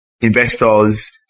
investors